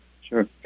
Sure